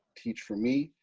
teach for me.